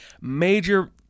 major